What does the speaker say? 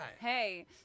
hey